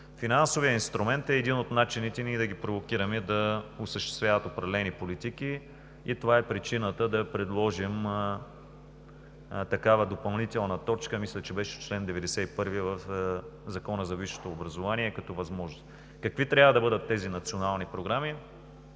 Финансовият инструмент е един от начините ние да ги провокираме да осъществяват определени политики и това е причината да предложим такава допълнителна точка като възможност – чл. 91 в Закона за висшето образование. Какви трябва да бъдат тези национални програми?